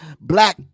black